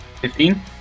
Fifteen